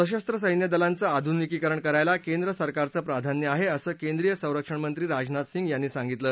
सशस्त्र सैन्य दलाचं आधुनिकीकरण करायला केंद्र सरकारचं प्राधान्य आहे असं केंद्रीय संरक्षण मत्री राजनाथ सिंग यांनी सांगितलं